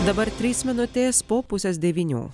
dabar trys minutės po pusės devynių